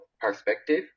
perspective